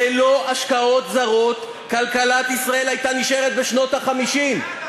ללא השקעות זרות כלכלת ישראל הייתה נשארת בשנות ה-50.